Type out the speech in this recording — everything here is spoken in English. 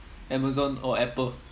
amazon or apple